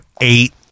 eight